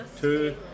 two